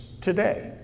Today